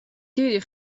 დიდი